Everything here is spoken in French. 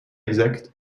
exact